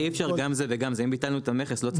אי אפשר גם זה וגם זה, אם ביטלנו את המכס אי אפשר.